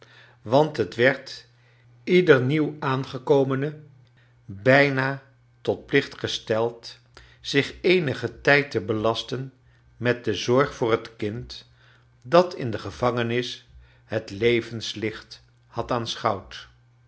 want het word ieder nieuw aangekomene bijna tot plicht gesteid zich eenigen tijd te belasten met de zorg voor het kind dat in de gevangenis het levenslicht had